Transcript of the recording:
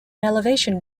elevation